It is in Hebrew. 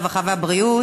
הרווחה והבריאות,